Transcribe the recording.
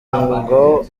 ngo